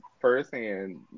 firsthand